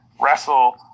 wrestle